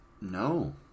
No